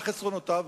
מה חסרונותיו,